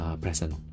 Present